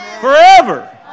forever